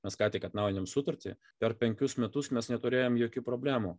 mes ką tik atnaujinom sutartį per penkis metus mes neturėjom jokių problemų